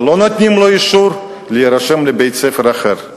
ולא נותנים לו אישור להירשם לבית-ספר אחר.